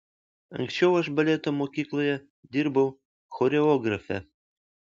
anksčiau aš baleto mokykloje dirbau choreografe